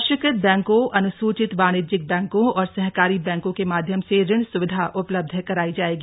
राष्ट्रीयकृत बैंकों अन्सूचित वाणिज्यिक बैंकों और सहकारी बैंकों के माध्यम से ऋण सूविधा उपलब्ध कराई जाएगी